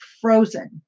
frozen